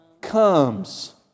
Comes